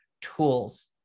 tools